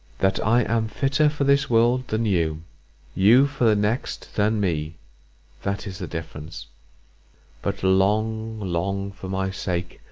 that i am fitter for this world than you you for the next than me that is the difference but long, long, for my sake,